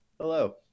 Hello